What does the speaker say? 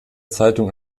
zeitung